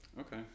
Okay